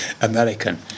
American